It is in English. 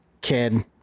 kid